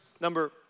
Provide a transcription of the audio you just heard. number